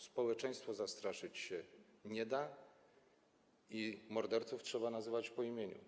Społeczeństwa zastraszyć się nie da, a morderców trzeba nazywać po imieniu.